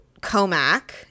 Comac